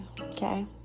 okay